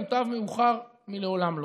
מוטב מאוחר מלעולם לא.